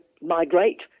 migrate